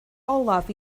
olaf